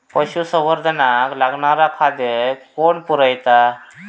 पशुसंवर्धनाक लागणारा खादय कोण पुरयता?